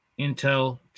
Intel